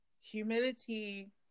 humility